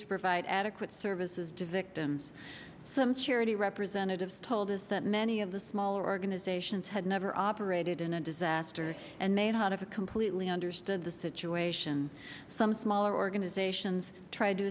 to provide adequate services devic than some charity representatives told us that many of the smaller organizations had never operated in a disaster and made it out of a completely understood the situation some smaller organizations tried to